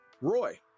Roy